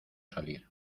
salir